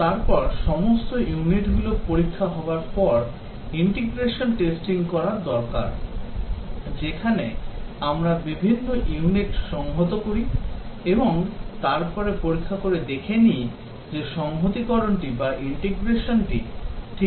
তারপর সমস্ত ইউনিটগুলো পরীক্ষা হবার পর ইন্টিগ্রেশন টেস্টিং করার দরকার যেখানে আমরা বিভিন্ন ইউনিট সংহত করি এবং তারপরে পরীক্ষা করে দেখে নিই যে সংহতিকরনটি ঠিকঠাকভাবে কাজ করছে কিনা